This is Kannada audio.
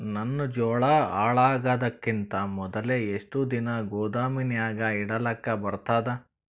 ನನ್ನ ಜೋಳಾ ಹಾಳಾಗದಕ್ಕಿಂತ ಮೊದಲೇ ಎಷ್ಟು ದಿನ ಗೊದಾಮನ್ಯಾಗ ಇಡಲಕ ಬರ್ತಾದ?